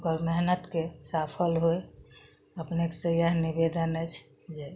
ओकर मेहनतके साफल होइ अपनेकसँ इएह निवेदन अछि जे